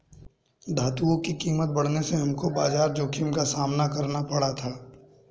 धातुओं की कीमत बढ़ने से हमको बाजार जोखिम का सामना करना पड़ा था